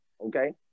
okay